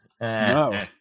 No